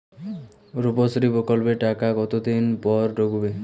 রুপশ্রী প্রকল্পের টাকা কতদিন পর ঢুকবে?